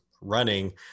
running